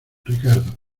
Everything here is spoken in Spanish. ricardo